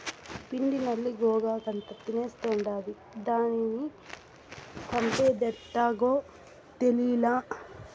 పిండి నల్లి గోగాకంతా తినేస్తాండాది, దానిని సంపేదెట్టాగో తేలీలా